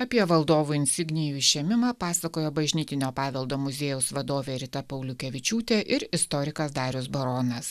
apie valdovų insignijų išėmimą pasakojo bažnytinio paveldo muziejaus vadovė rita pauliukevičiūtė ir istorikas darius baronas